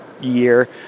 year